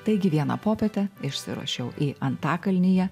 taigi vieną popietę išsiruošiau į antakalnyje